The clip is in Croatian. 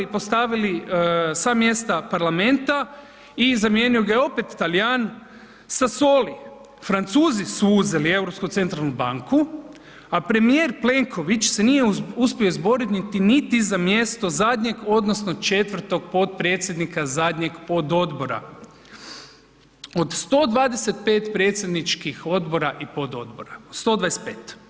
postavili sa mjesta parlamenta i zamijenio ga je opet Talijan Sassoli, Francuzi su uzeli Europsku centralnu banku, a premijer Plenković se nije uspio izboriti niti za mjesto zadnjeg odnosno četvrtog potpredsjednika zadnjeg pododbora, od 125 predsjedničkih odbora i pododbora, 125.